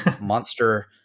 monster